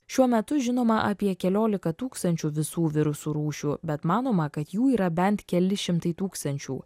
šiuo metu žinoma apie keliolika tūkstančių visų virusų rūšių bet manoma kad jų yra bent keli šimtai tūkstančių